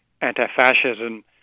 anti-fascism